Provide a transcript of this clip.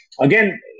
again